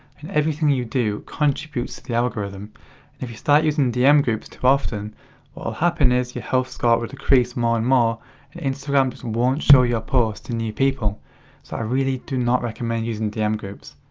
and everything you do contributes to the algorithm and if you start using dm groups too often, what will happen is your health score will decrease more and more and instagram just won't show your posts to new people. so i really do not recommend using dm groups.